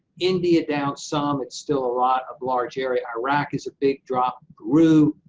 india, down some, it's still a lot of large area. iraq is a big drop. peru,